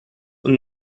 und